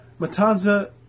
Matanza